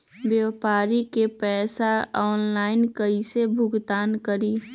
व्यापारी के पैसा ऑनलाइन कईसे भुगतान करी?